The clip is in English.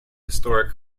historic